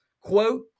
quote